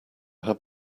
had